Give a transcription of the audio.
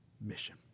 mission